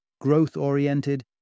growth-oriented